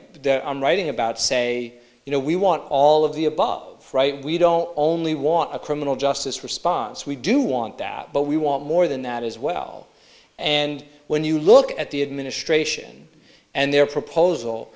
on writing about say you know we want all of the above right we don't only want a criminal justice response we do want that but we want more than that as well and when you look at the administration and their proposal